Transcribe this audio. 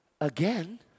again